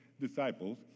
disciples